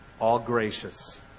all-gracious